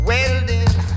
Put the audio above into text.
Welding